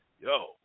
yo